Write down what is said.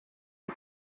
die